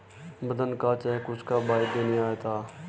मदन का चेक उसका भाई देने आया था